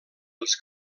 els